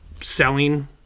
selling